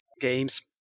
games